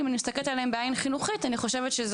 אם אני מסתכלת בעין חינוכית אני חושבת שזה